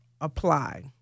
apply